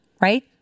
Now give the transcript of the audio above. right